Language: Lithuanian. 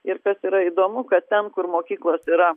ir kas yra įdomu kad ten kur mokyklos yra